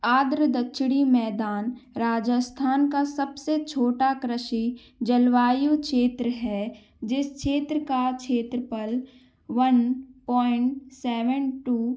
आद्र दक्षिणी मैदान राजस्थान का सबसे छोटा कृषि जलवायु क्षेत्र है जिस क्षेत्र का क्षेत्रफल वन पॉइंट सेवेन टू